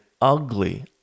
ugly